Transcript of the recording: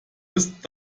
ist